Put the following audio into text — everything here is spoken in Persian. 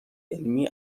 علمی